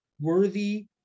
worthy